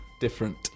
different